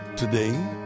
Today